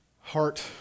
heart